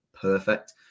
perfect